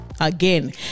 Again